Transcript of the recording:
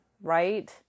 Right